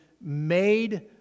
made